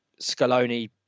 Scaloni